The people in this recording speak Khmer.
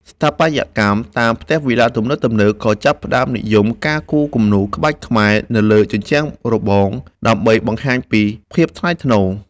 ស្ថាបត្យកម្មតាមផ្ទះវីឡាទំនើបៗ ក៏ចាប់ផ្ដើមនិយមការគូរគំនូរក្បាច់ខ្មែរលើជញ្ជាំងរបង ដើម្បីបង្ហាញពីភាពថ្លៃថ្នូរ។